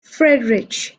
friedrich